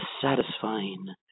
satisfying